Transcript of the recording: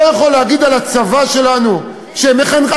לא יכול להגיד על הצבא שלנו זה מסוכן מה שאתה אומר.